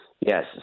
Yes